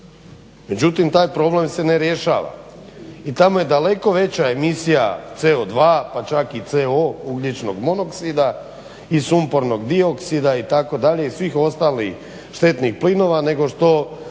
međutim taj problem se ne rješava, i tamo je daleko veća emisija CO2 pa čak i CO ugljičnog monoksida i sumpornog dioksida itd. i svih ostalih štetnih plinova nego što